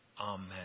Amen